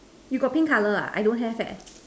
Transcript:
you got pink colour ah I don't have eh